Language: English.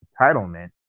entitlement